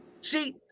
See